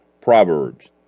Proverbs